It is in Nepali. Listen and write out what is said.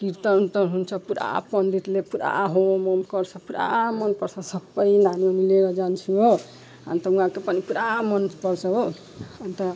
कीर्तनउर्तन हुन्छ पुरा पण्डितले पुरा होमओम गर्छ पुरा मनपर्छ सबै नानीउनी लिएर जान्छु हो अन्त वहाँको पनि पुरा मनपर्छ हो अन्त